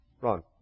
Ron